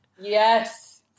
Yes